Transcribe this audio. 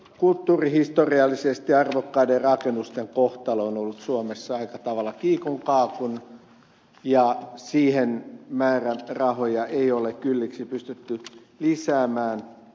kulttuurihistoriallisesti arvokkaiden rakennusten kohtalo on ollut suomessa aika tavalla kiikun kaakun ja siihen määrärahoja ei ole kylliksi pystytty lisäämään